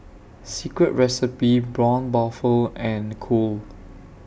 Secret Recipe Braun Buffel and Cool